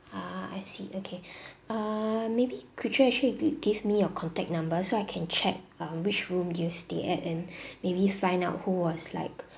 ah I see okay uh maybe could you actually gi~ give me your contact number so I can check um which room did you stay at and maybe find out who was like